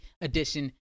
edition